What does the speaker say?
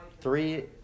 Three